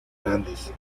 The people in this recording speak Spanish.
grandes